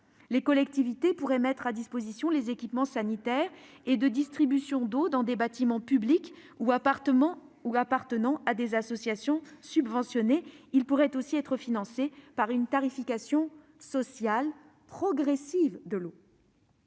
Les collectivités pourraient mettre à disposition les équipements sanitaires et de distribution d'eau dans des bâtiments publics ou appartenant à des associations subventionnées. Ils pourraient aussi être financés par une tarification sociale progressive de l'eau.